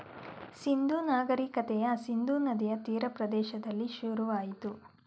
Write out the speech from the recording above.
ಸಿಂಧೂ ನಾಗರಿಕತೆಯ ಸಿಂಧೂ ನದಿಯ ತೀರ ಪ್ರದೇಶದಲ್ಲಿ ಶುರುವಾಯಿತು